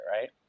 right